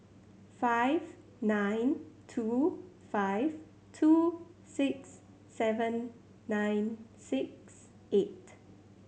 five nine two five two six seven nine six eight